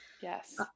Yes